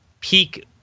peak